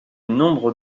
nombre